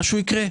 משהו יקרה?